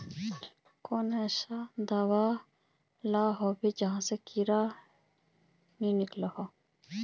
कोई ऐसा दाबा मिलोहो होबे जहा से दोबारा कीड़ा ना लागे?